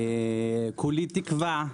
כולי תקווה,